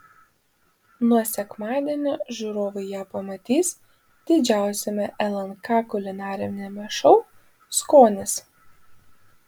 nuo sekmadienio žiūrovai ją pamatys didžiausiame lnk kulinariniame šou skonis